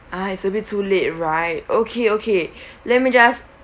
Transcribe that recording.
ah it's a bit too late right okay okay let me just